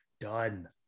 done